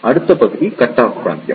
அடுத்த பகுதி cut off பிராந்தியம்